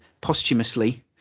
posthumously